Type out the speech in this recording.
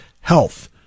health